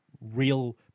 real